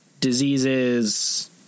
Diseases